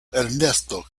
ernesto